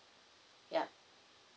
ya